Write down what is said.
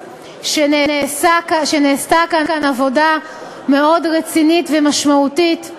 שנעשתה כאן עבודה מאוד רצינית ומשמעותית.